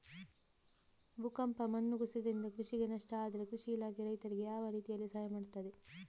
ಭೂಕಂಪ, ಮಣ್ಣು ಕುಸಿತದಿಂದ ಕೃಷಿಗೆ ನಷ್ಟ ಆದ್ರೆ ಕೃಷಿ ಇಲಾಖೆ ರೈತರಿಗೆ ಯಾವ ರೀತಿಯಲ್ಲಿ ಸಹಾಯ ಮಾಡ್ತದೆ?